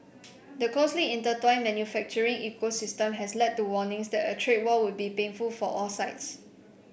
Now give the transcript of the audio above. the closely intertwined manufacturing ecosystem has led to warnings that a trade war would be painful for all sides